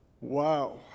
Wow